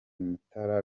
mutara